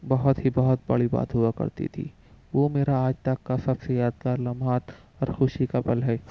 بہت ہی بہت بڑی بات ہوا کرتی تھی وہ میرا آج تک کا سب سے یادگار لمحہ اور خوشی کا پل ہے